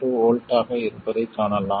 72 V ஆக இருப்பதைக் காணலாம்